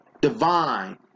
divine